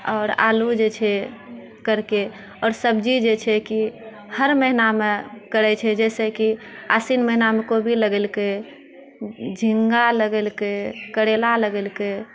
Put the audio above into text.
आओर आलू जे छै करिके आओर सब्जी जे छै कि हर महिनामे करैत छै जाहिसँ कि आश्विन महिनामे कोबी लगेलकै झिङ्गा लगेलकै करेला लगेलकै